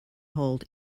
hold